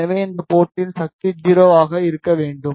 எனவே இந்த போர்ட்டில் சக்தி 0 ஆக இருக்க வேண்டும்